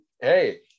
hey